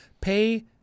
pay